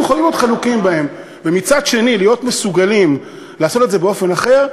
יכולים להיות חלוקים בהן ומצד שני להיות מסוגלים לעשות את זה באופן אחר,